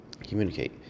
communicate